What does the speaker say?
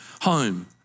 home